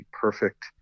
perfect